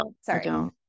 sorry